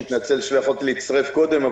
אני מתנצל שלא יכולתי להצטרף קודם.